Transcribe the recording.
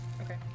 Okay